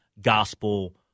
gospel